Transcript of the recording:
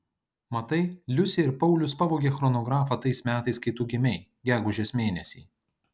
matai liusė ir paulius pavogė chronografą tais metais kai tu gimei gegužės mėnesį